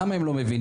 למה הם לא מבינים?